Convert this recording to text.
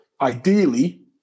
Ideally